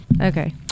Okay